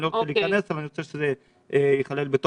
אני לא רוצה להיכנס לזה אבל אני רוצה שזה ייכלל בדיון.